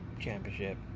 championship